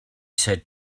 said